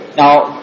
now